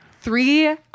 three